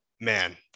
man